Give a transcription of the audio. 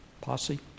posse